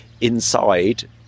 inside